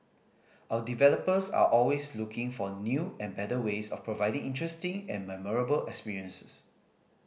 our developers are always looking for new and better ways of providing interesting and memorable experiences